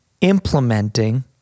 implementing